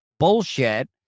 bullshit